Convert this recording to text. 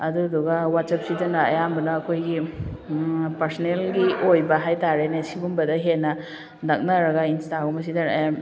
ꯑꯗꯨꯗꯨꯒ ꯋꯥꯆꯞꯁꯤꯗꯅ ꯑꯌꯥꯝꯕꯅ ꯑꯩꯈꯣꯏꯒꯤ ꯄꯥꯔꯁꯅꯦꯜꯒꯤ ꯑꯣꯏꯕ ꯍꯥꯏ ꯇꯥꯔꯦꯅꯦ ꯁꯤꯒꯨꯝꯕꯗ ꯍꯦꯟꯅ ꯅꯛꯅꯔꯒ ꯏꯁꯇꯥꯒꯨꯝꯕꯁꯤꯗꯅ